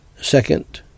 Second